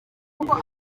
uko